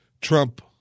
Trump